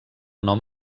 nom